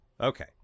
Okay